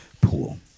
Pool